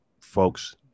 folks